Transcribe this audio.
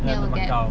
then will get